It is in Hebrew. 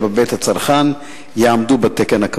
משרדך על מנת להבטיח כי מי השתייה בבית הצרכן יעמדו בתקן הקבוע?